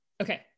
Okay